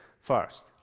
first